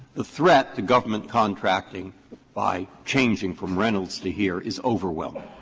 the threat to government contracting by changing from reynolds to here is overwhelming.